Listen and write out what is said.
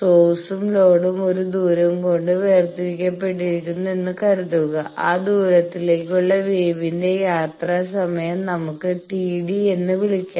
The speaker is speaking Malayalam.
സോഴ്സും ലോഡും ഒരു ദൂരം കൊണ്ട് വേർതിരിക്കപ്പെട്ടിരിക്കുന്നു എന്ന് കരുതുക ആ ദൂരത്തിലേക്കുള്ള വേവിന്റെ യാത്രാ സമയം നമുക്ക് T d എന്ന് വിളിക്കാം